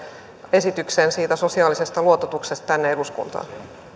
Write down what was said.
esityksen siitä sosiaalisesta luototuksesta tänne eduskuntaan